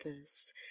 first